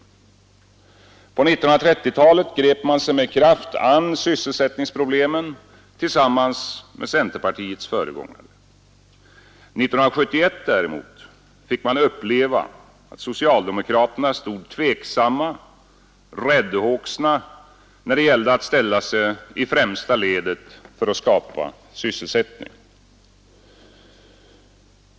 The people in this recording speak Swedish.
På 1930-talet grep man sig med kraft an sysselsättningsproblemen tillsammans med centerpartiets föregångare. År 1971 däremot fick man uppleva att socialdemokraterna stod tveksamma och räddhågsna när det gällde att ställa sig i främsta ledet för att skapa sysselsättning.